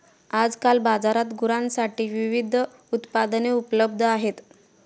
आजकाल बाजारात गुरांसाठी विविध उत्पादने उपलब्ध आहेत